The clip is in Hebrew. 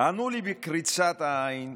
ענו לי בקריצת עין: